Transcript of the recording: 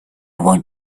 want